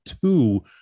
two